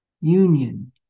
union